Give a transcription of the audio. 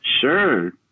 Sure